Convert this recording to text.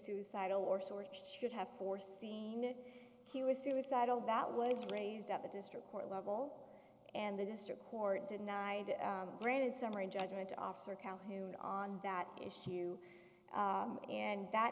suicidal or storage should have foreseen it he was suicidal that was raised at the district court level and the district court denied granted summary judgment to officer calhoun on that issue and that